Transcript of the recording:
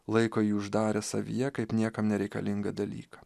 laiko jį uždaręs savyje kaip niekam nereikalingą dalyką